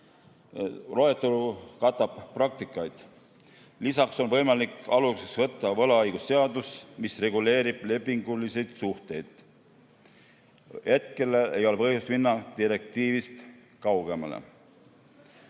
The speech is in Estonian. loetelu katab praktikat. Lisaks on võimalik aluseks võtta võlaõigusseadus, mis reguleerib lepingulisi suhteid. Hetkel ei ole põhjust minna direktiivist kaugemale.